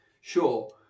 sure